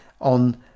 on